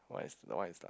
what is what is the